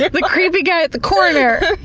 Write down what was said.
yeah the creepy guy at the corner!